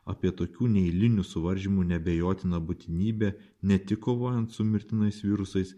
apie tokių neeilinių suvaržymų neabejotiną būtinybę ne tik kovojant su mirtinais virusais